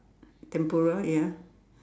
tempura ya